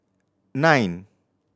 nine